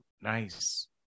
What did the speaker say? Nice